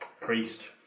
Priest